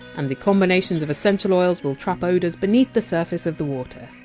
and the combinations of essential oils will trap odours beneath the surface of the water.